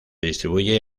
distribuye